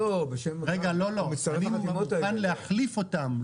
אני מוכן להחליף אותן.